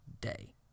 day